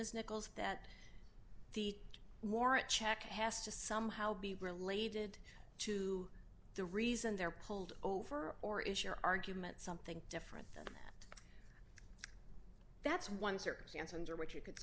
ms nichols that the more a check has to somehow be related to the reason they're pulled over or is your argument something different than that's one circumstance under which you could